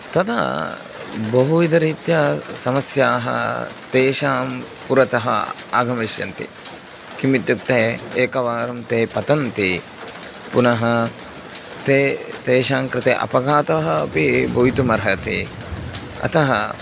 तदा बहुविधरीत्या समस्याः तेषां पुरतः आगमिष्यन्ति किम् इत्युक्ते एकवारं ते पतन्ति पुनः ते तेषां कृते अपघातः अपि भवितुम् अर्हति अतः